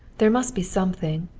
there must be something.